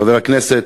חבר הכנסת,